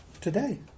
today